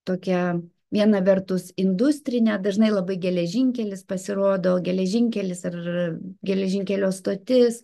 tokią viena vertus industrinę dažnai labai geležinkelis pasirodo geležinkelis ar geležinkelio stotis